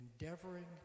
endeavoring